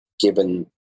given